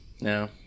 No